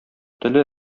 теле